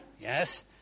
Yes